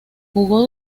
jugó